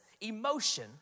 emotion